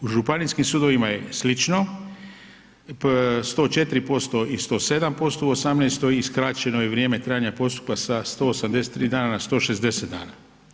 U županijskim sudovima je slično, 104% i 107% u '18. i skraćeno je vrijeme trajanja postupka sa 183 na 160 dana.